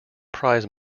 prize